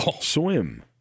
Swim